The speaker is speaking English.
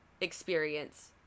experience